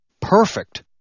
perfect